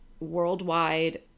worldwide